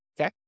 Okay